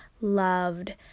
loved